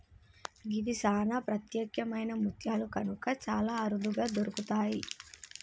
గివి సానా ప్రత్యేకమైన ముత్యాలు కనుక చాలా అరుదుగా దొరుకుతయి